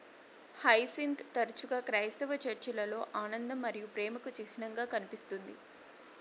hyacinth తరచుగా క్రైస్తవ చర్చిలలో ఆనందం మరియు ప్రేమకు చిహ్నంగా కనిపిస్తుంది